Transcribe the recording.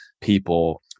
people